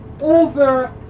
over